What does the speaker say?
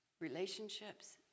relationships